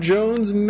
Jones